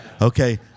Okay